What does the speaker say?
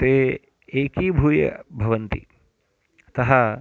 ते एकीभूय भवन्ति अतः